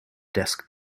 desk